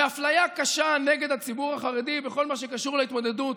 ואפליה קשה נגד הציבור החרדי בכל מה שקשור בהתמודדות